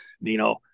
Nino